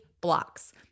blocks